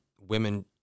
women